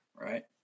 right